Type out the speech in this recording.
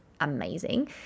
amazing